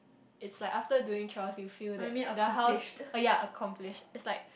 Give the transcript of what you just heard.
it's like after doing chores you feel that the house oh ya accomplished it's like